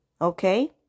okay